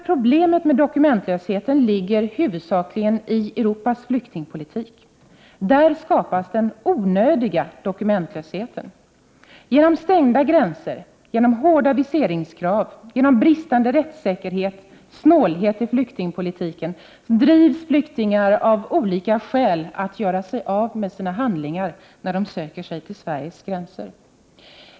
Problemet med dokumentlösheten ligger huvudsakligen i Europas flyktingpolitik. Där skapas den onödiga dokumentlösheten. Genom stängda gränser, genom hårda viseringskrav, genom bristande rättssäkerhet och snålhet i flyktingpolitiken drivs flyktingar av olika skäl att göra sig av med sina handlingar när de söker sig till Sveriges gränser.